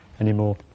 anymore